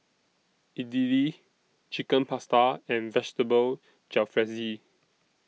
Idili Chicken Pasta and Vegetable Jalfrezi